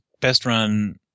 best-run